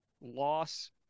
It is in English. loss